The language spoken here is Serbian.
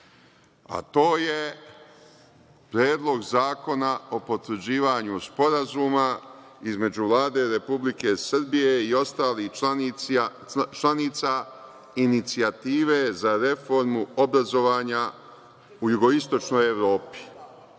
To je Predlog zakona o potvrđivanju Sporazuma između Vlade Republike Srbije i ostalih članica Inicijative za reformu obrazovanja u Jugoistočnoj Evropi